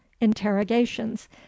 interrogations